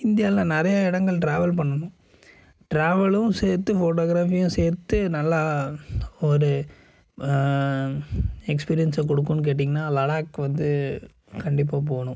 இந்தியாவில் நிறையா இடங்கள் டிராவல் பண்ணணும் டிராவலும் சேர்த்து ஃபோட்டோகிராஃபியும் சேர்த்து நல்லா ஒரு எக்ஸ்பீரியன்ஸை கொடுக்கும்னு கேட்டீங்கன்னால் லடாக் வந்து கண்டிப்பாக போகணும்